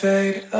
Fade